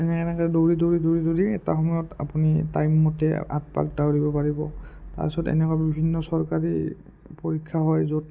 এনেকৈ এনেকৈ দৌৰি দৌৰি দৌৰি দৌৰি এটা সময়ত আপুনি টাইমমতে আঠপাক দাউৰিব পাৰিব তাৰপিছত এনেকুৱা বিভিন্ন চৰকাৰী পৰীক্ষা হয় য'ত